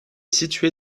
situé